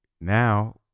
Now